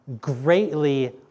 greatly